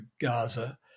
Gaza